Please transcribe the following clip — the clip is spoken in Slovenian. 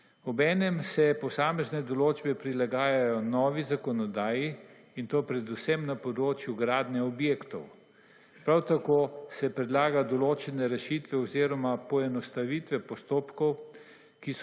Ob enem se posamezne določbe prilagajajo novi zakonodaji, in to predvsem na področju gradnje objektov. Prav tako se predlaga določene rešitve oziroma poenostavitve postopkov,